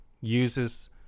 uses